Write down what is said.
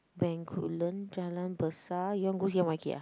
Bencoolen Jalan-Besar you want go see M_Y_K ah